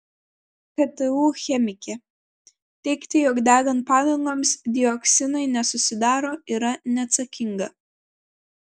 ktu chemikė teigti jog degant padangoms dioksinai nesusidaro yra neatsakinga